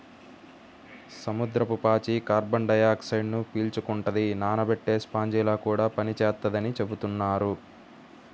సముద్రపు పాచి కార్బన్ డయాక్సైడ్ను పీల్చుకుంటది, నానబెట్టే స్పాంజిలా కూడా పనిచేత్తదని చెబుతున్నారు